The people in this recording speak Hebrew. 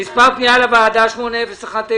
מספר פנייה לוועדה 8019,